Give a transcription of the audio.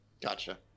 gotcha